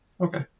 Okay